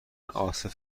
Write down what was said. عاصف